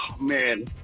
man